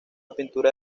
pintura